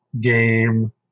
game